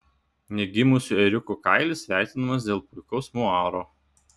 negimusių ėriukų kailis vertinamas dėl puikaus muaro